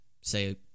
say